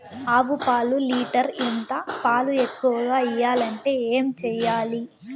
ఆవు పాలు లీటర్ ఎంత? పాలు ఎక్కువగా ఇయ్యాలంటే ఏం చేయాలి?